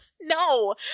No